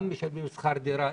גם משלמים שכר דירה,